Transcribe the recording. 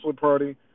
party